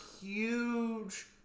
huge